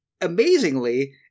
amazingly –